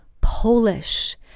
Polish